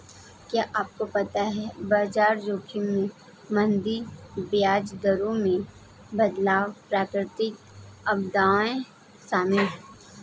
क्या आपको पता है बाजार जोखिम में मंदी, ब्याज दरों में बदलाव, प्राकृतिक आपदाएं शामिल हैं?